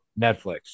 Netflix